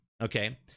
okay